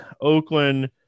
Oakland